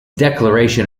declaration